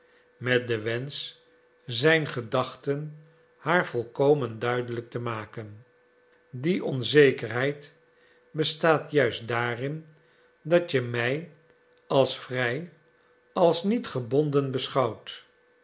met den wensch zijn gedachten haar volkomen duidelijk te maken die onzekerheid bestaat juist daarin dat je mij als vrij als niet gebonden beschouwt